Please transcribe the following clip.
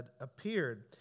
appeared